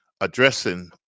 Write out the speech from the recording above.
addressing